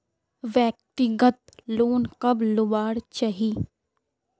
व्यक्तिगत लोन कब लुबार चही?